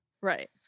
Right